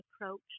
approach